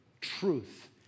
truth